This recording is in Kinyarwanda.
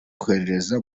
kohereza